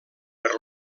per